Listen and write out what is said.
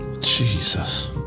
Jesus